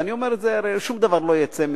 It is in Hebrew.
אני אומר את זה, הרי שום דבר לא יצא מזה.